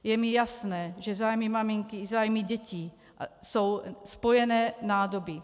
Je mi jasné, že zájmy maminky i zájmy dětí jsou spojené nádoby.